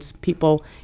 people